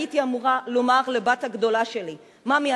הייתי אמורה לומר לבת הגדולה שלי: מאמי,